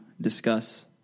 Discuss